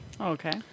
Okay